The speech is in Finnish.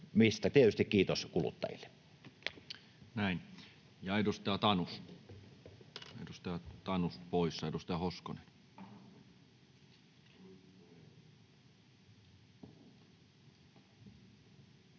mistä tietysti kiitos kuluttajille. Näin. — Ja edustaja Tanus, edustaja Tanus poissa. — Edustaja Hoskonen. Arvoisa